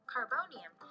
Carbonium